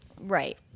right